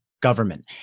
government